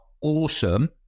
awesome